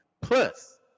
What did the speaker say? Plus